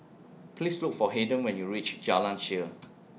Please Look For Haiden when YOU REACH Jalan Shaer